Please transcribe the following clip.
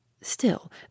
Still